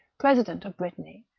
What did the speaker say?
president of brittany,